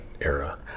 era